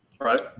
right